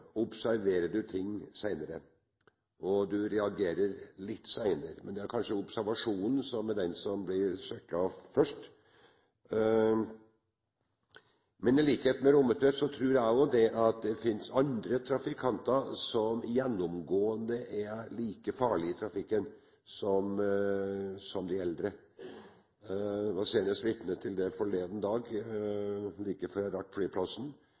observerer man ting senere, og man reagerer litt senere. Men det er kanskje evnen til å observere som blir svekket først. Men i likhet med Rommetveit tror jeg at det finnes andre trafikanter som gjennomgående er like farlige i trafikken som de eldre. Jeg var senest vitne til det forleden dag – like før flyplassen.